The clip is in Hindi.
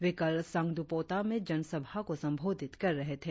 वे कल संगद्रपोटा में जनसभा को संबोधित कर रहे थे